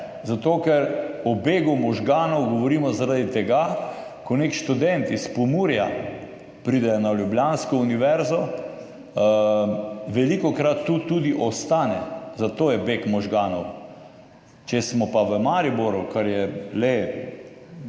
Zato ker o begu možganov govorimo zaradi tega, ko nek študent iz Pomurja pride na Ljubljansko univerzo, velikokrat tu tudi ostane. Zato je beg možganov. Če smo pa v Mariboru, kar je le